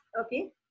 okay